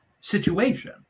situation